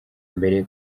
mbere